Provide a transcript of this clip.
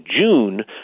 June